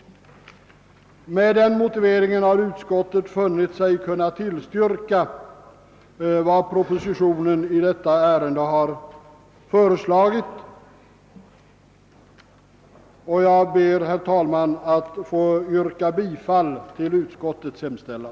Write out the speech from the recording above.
Med denna motivering har utskottet funnit sig kunna tillstyrka vad propositionen i detta ärende har föreslagit. Jag ber, herr talman, att få yrka bifall till utskottets hemställan.